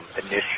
initial